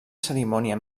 cerimònia